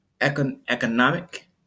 economic